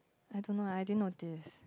I don't know I didn't notice